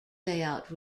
layout